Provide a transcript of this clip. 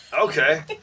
Okay